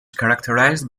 characterized